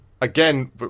again